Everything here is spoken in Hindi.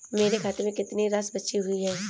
मेरे खाते में कितनी राशि बची हुई है?